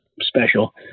special